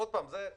זאת פניקה.